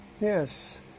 Yes